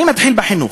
אני מתחיל בחינוך.